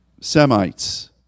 Semites